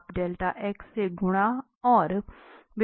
आप से गुणा और विभाजित करें